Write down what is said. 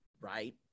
right